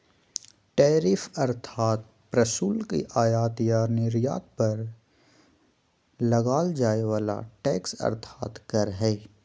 tariff अर्थात् प्रशुल्क आयात या निर्यात पर लगाल जाय वला टैक्स अर्थात् कर हइ